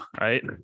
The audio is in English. right